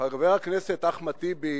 חבר הכנסת אחמד טיבי